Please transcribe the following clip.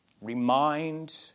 Remind